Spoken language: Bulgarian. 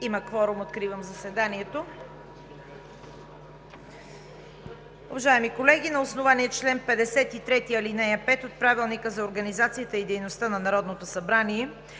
Има кворум. Откривам заседанието. Уважаеми колеги, на основание чл. 53, ал. 5 от Правилника за организацията и дейността на Народното събрание